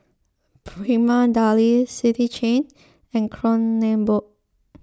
Prima Deli City Chain and Kronenbourg